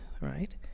right